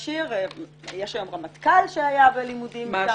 יש היום רמטכ"ל שהיה בלימודים מטעמה.